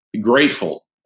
grateful